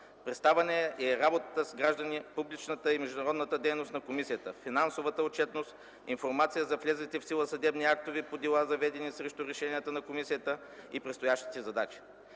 Представена е и работата с граждани, публичната и международната дейност на комисията, финансовата отчетност, информация за влезлите в сила съдебни актове по дела, заведени срещу решения на комисията, и предстоящите задачи.